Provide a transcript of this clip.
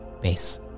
base